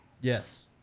Yes